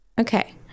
Okay